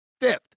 fifth